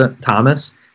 Thomas